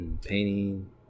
painting